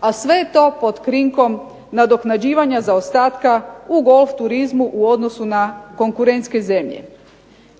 a sve to pod krinkom nadoknađivanja zaostatka u golf turizmu u odnosu na konkurentske zemlje.